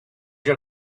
your